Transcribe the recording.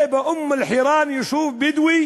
זה באום-אלחיראן, יישוב בדואי